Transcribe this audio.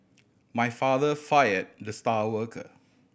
my father fire the star worker